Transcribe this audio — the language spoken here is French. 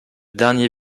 dernier